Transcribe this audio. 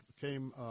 came